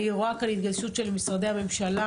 אני רואה כאן התגייסות של משרדי הממשלה